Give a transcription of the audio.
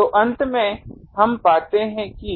तो अंत में हम पाते हैं कि